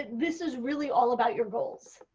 this is really all about your goals.